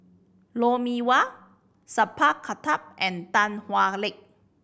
Lou Mee Wah Sat Pal Khattar and Tan Hwa Luck